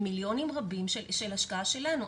מיליונים רבים של השקעה שלנו.